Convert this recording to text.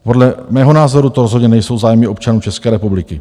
Podle mého názoru to rozhodně nejsou zájmy občanů České republiky.